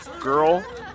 girl